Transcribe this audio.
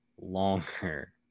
longer